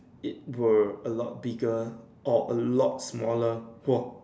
it would a lot bigger or a lot smaller !wah!